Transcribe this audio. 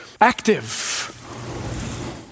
active